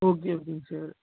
okay ஓகேங்க sir